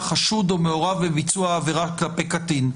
חשוד או מעורב בביצוע עבירה כלפי קטין".